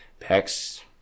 pecs